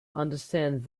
understand